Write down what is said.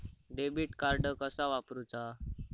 Debit card कसा वापरुचा?